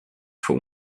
for